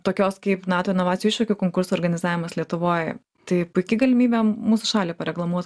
tokios kaip nato inovacijų iššūkių konkurso organizavimas lietuvoj tai puiki galimybė mūsų šalį pareklamuot